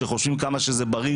שחושבים כמה זה בריא,